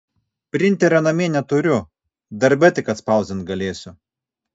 printerio namie neturiu darbe tik atspausdint galėsiu